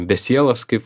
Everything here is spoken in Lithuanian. be sielos kaip